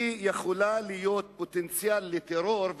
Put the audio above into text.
יכולה להיות פוטנציאל לטרור,